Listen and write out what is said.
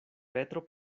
petro